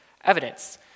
evidence